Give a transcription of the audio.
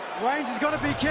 reigns is gonna be